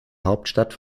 hauptstadt